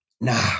Nah